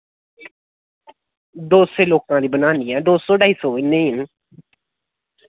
दो सौ लोकां दी बनानी ऐ दो सौ ढाई सौ इ'न्ने ही न